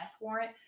warrant